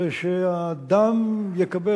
ושאדם יקבל,